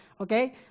okay